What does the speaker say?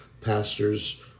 pastors